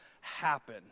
happen